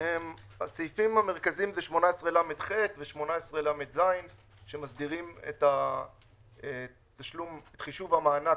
הסעיפים המרכזיים הם 18לח ו-18לז המסדירים את תשלום חישוב המענק